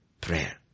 prayer